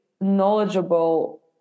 knowledgeable